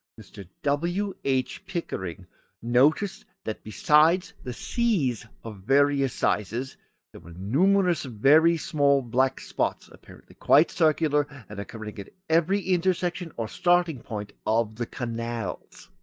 mr. w. h. pickering noticed that besides the seas of various sizes there were numerous very small black spots apparently quite circular and occurring at every intersection or starting-point of the canals.